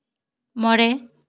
ᱢᱚᱬᱮ